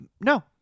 no